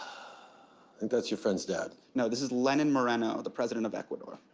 and that's your friend's dad. no, this is lenin moreno, the president of ecuador.